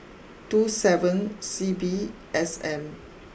two seven C B S M